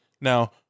Now